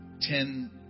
ten